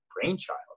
brainchild